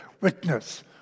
witness